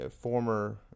former